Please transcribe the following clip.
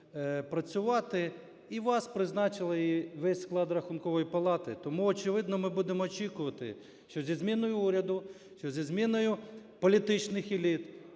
працювати, і вас призначила, і весь склад Рахункової палати. Тому, очевидно, ми будемо очікувати, що зі зміною уряду, що зі зміною політичних еліт,